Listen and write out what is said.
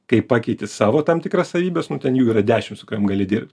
kai pakeiti savo tam tikras savybes nu ten jų yra dešims su kuriom gali dirbt